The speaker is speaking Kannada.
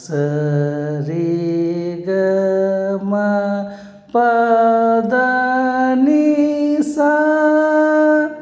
ಸ ರೀ ಗ ಮಾ ಪ ದಾ ನೀ ಸಾ